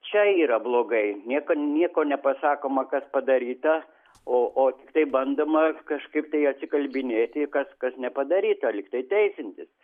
čia yra blogai niekam nieko nepasakoma kas padaryta o o tiktai bandoma kažkaip tai atsikalbinėti kas kas nepadaryta lygtai teisintis